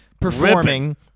performing